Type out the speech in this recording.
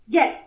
Yes